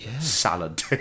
salad